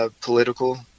Political